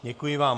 Děkuji vám.